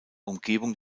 umgebung